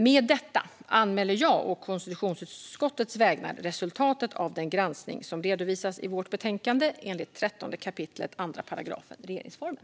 Med detta anmäler jag å konstitutionsutskottets vägnar resultatet av den granskning som redovisas i vårt betänkande enligt 13 kap. 2 § regeringsformen.